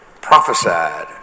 prophesied